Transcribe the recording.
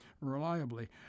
reliably